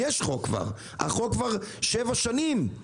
כבר יש חוק וכבר שבע שנים הוא